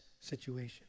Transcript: situation